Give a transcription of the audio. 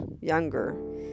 younger